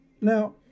Now